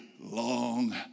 long